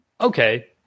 okay